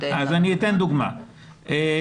אני אתן דוגמה לדוגמה,